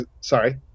sorry